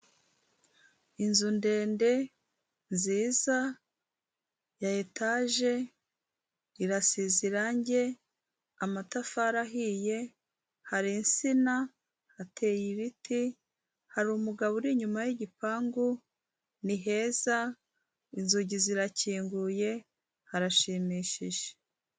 Inzu ndende nziza ya etage irasize irange, amatafari ahiye, hari insina, hateye ibiti, hari umugabo uri inyuma y'igipangu, ni heza inzugi zirakinguye harashimishije.